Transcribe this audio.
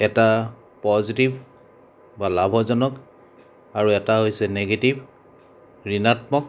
এটা পজিটিভ বা লাভজনক এটা হৈছে নিগেটিভ ঋণাত্মক